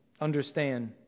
understand